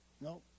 No